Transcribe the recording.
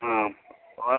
ആ